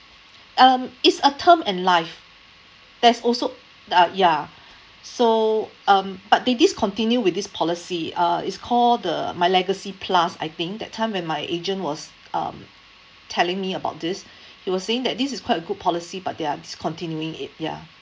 um it's a term and life there's also the ah ya so um but they discontinue with this policy uh it's called the my legacy plus I think that time when my agent was um telling me about this he was saying that this is quite good policy but they are discontinuing it ya